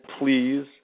Please